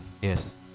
Yes